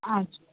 आच